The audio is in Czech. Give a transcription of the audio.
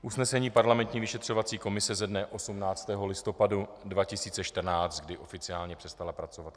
Usnesení parlamentní vyšetřovací komise ze dne 18. listopadu 2014, kdy oficiálně přestala komise pracovat.